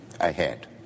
ahead